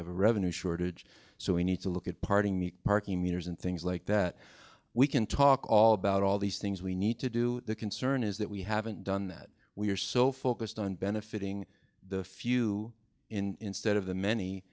have a revenue shortage so we need to look at parting the parking meters and things like that we can talk all about all these things we need to do the concern is that we haven't done that we're so focused on benefitting the few in stead of the many